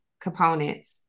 components